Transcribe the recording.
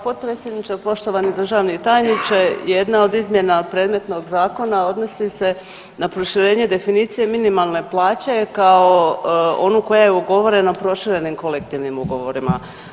Hvala potpredsjedniče, poštovani državni tajniče, jedna od izmjena predmetnog zakona odnosi se na proširenje definicije minimalne plaće kao onu koja je ugovorena proširenim kolektivnim ugovorima.